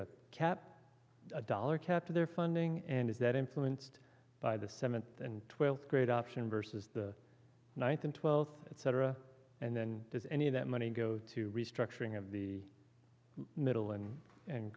a cap a dollar cap to their funding and is that influenced by the seventh and twelfth grade option versus the one thousand twelfth cetera and then does any of that money go to restructuring of the middle and and